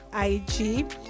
IG